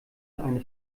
eine